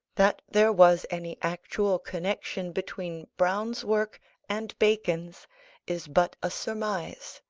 that there was any actual connexion between browne's work and bacon's is but a surmise.